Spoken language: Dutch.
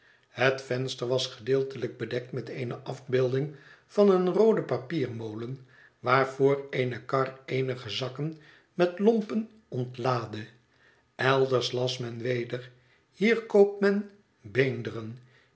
het venster was gedeeltelijk bedekt met eene afbeelding van een rooden papiermolen waarvoor eene kar eenige zakken met lompen ontlaadde elders las men weder hier koopt men beenderen